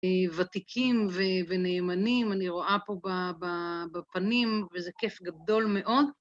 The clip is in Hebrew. ותיקים ונאמנים, אני רואה פה בפנים וזה כיף גדול מאוד.